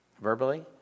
Verbally